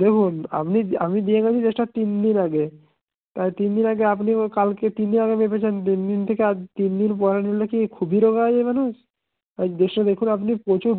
দেখুন আপনি আমি দিয়ে গেছি ড্রেসটা তিনদিন আগে তাই তিনদিন আগে আপনিও কালকে তিনদিন আগে মেপেছেন তিনদিন থেকে আজ তিনদিন পরে নিলে কী খুবই রোগা হয়ে যায় মানুষ তাই ড্রেসটা দেখুন আপনি প্রচুর